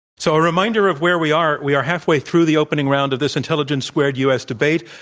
so, a reminder of where we are. we are halfway through the opening round of this intelligence squared u. s. debate.